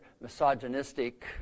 misogynistic